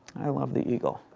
i love the eagle.